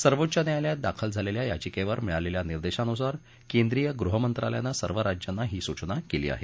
सर्वोच्च न्यायालयात दाखल झालेल्या याचिकेवर मिळालेल्या निर्देशानुसार केंद्रीय गृहमंत्रालयानं सर्व राज्यांना ही सूचना केली आहे